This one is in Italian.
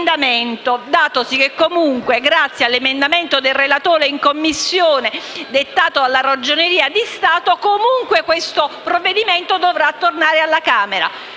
dato che comunque, grazie all'emendamento del relatore in Commissione, dettato dalla Ragioneria di Stato, questo provvedimento dovrà comunque tornare alla Camera.